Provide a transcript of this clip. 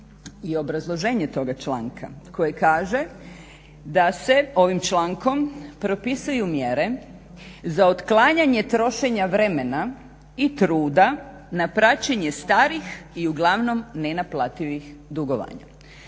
I obrazloženje toga članka koji kaže da se ovim člankom propisuju mjere za otklanjanje trošenja vremena i truda na praćenje starih i uglavnom nenaplativih dugovanja.